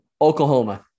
oklahoma